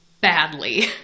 Badly